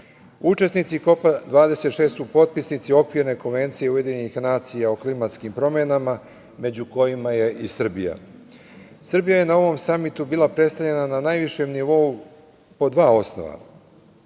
novembra. Učesnici KOP 26 su potpisnici Okvirne konvencije Ujedinjenih nacija o klimatskim promenama, među kojima je i Srbija. Srbija je na ovom Samitu bila predstavljena na najvišem nivou po dva osnova.